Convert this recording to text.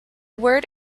word